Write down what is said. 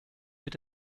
mit